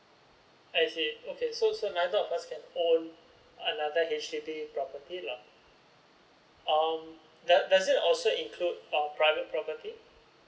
I see okay so so neither of us can own another H_D_B property lah um does it also include um private property